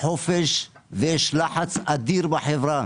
לחופש, ויש לחץ אדיר בחברה.